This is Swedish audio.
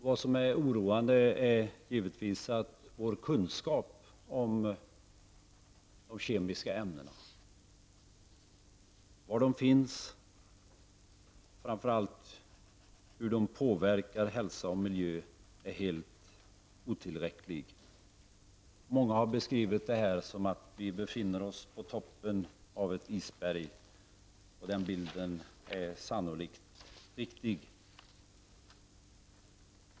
Vad som är oroande är givetvis att våra kunskaper om de kemiska ämnena, var de finns och framför allt hur de påverkar hälsa och miljö, är helt otillräckliga. Många har beskrivit detta som att vi befinner oss på toppen av ett isberg. Den bilden är sannolikt riktig.